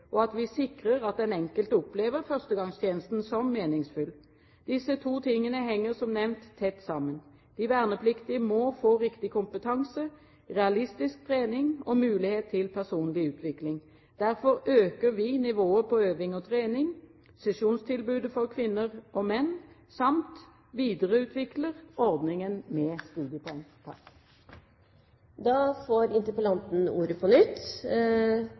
og at vi sikrer at den enkelte opplever førstegangstjenesten som meningsfull. Disse to tingene henger som nevnt tett sammen. De vernepliktige må få riktig kompetanse, realistisk trening og mulighet til personlig utvikling. Derfor øker vi nivået på øving og trening, sesjonstilbudet for kvinner og menn samt videreutvikler ordningen med studiepoeng. La meg først få lov til å takke statsråden for svaret og vinklingen på